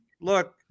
look